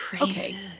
Okay